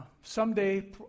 Someday